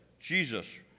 jesus